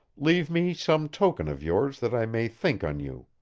leave me some token of yours that i may think on you.